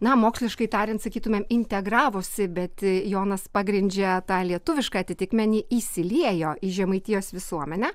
na moksliškai tariant sakytumėm integravosi bet jonas pagrindžia tą lietuvišką atitikmenį įsiliejo į žemaitijos visuomenę